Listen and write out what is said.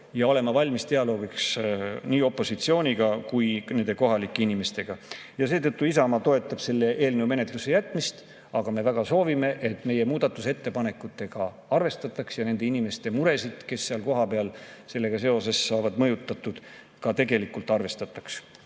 ja olema valmis dialoogiks nii opositsiooniga kui ka kohalike inimestega. Seetõttu Isamaa toetab selle eelnõu menetlusse jätmist, aga me väga soovime, et meie muudatusettepanekutega arvestataks ja nende inimeste muresid, kes seal kohapeal sellega seoses saavad mõjutatud, ka tegelikult arvestataks.